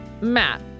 Matt